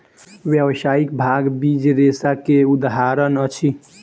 व्यावसायिक भांग बीज रेशा के उदाहरण अछि